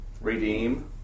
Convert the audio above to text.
redeem